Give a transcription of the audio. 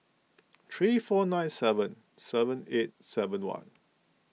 three four nine seven seven eight seven one